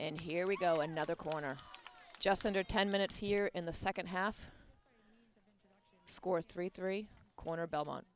and here we go another corner just under ten minutes here in the second half score three three quarter belmont